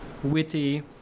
witty